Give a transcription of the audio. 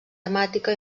temàtica